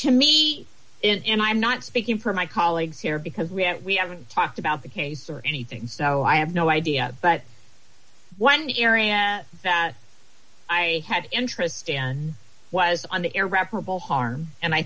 to me it and i'm not speaking for my colleagues here because we have we haven't talked about the case or anything so i have no idea but one area that i had interest in was on the irreparable harm and i